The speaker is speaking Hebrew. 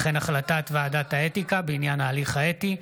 וכן החלטת ועדת האתיקה בעניין ההליך האתי,